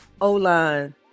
O-line